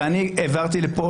ואני העברתי פה,